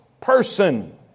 person